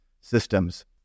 systems